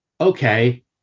okay